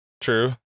True